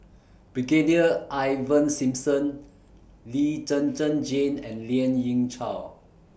Brigadier Ivan Simson Lee Zhen Zhen Jane and Lien Ying Chow